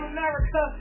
America